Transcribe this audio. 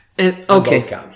Okay